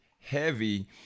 heavy